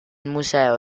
museo